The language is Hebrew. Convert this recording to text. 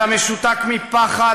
אתה משותק מפחד,